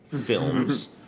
films